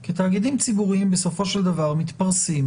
כי תאגידים ציבוריים בסופו של דבר מתפרסים